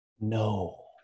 no